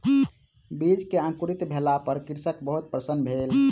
बीज के अंकुरित भेला पर कृषक बहुत प्रसन्न भेल